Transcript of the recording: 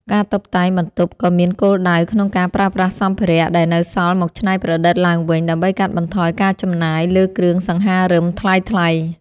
ការតុបតែងបន្ទប់ក៏មានគោលដៅក្នុងការប្រើប្រាស់សម្ភារៈដែលនៅសល់មកច្នៃប្រឌិតឡើងវិញ ដើម្បីកាត់បន្ថយការចំណាយលើគ្រឿងសង្ហារឹមថ្លៃៗ។